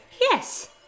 Yes